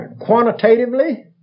quantitatively